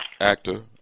actor